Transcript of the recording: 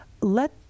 let